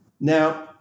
Now